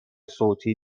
صوتی